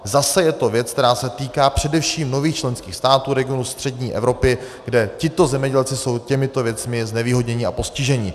Zase je to věc, která se týká především nových členských států regionu střední Evropy, kde tito zemědělci jsou těmito věcmi znevýhodněni a postiženi.